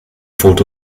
foto